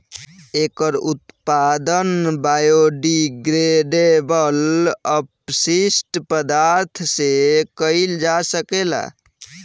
एकर उत्पादन बायोडिग्रेडेबल अपशिष्ट पदार्थ से कईल जा सकेला